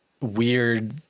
weird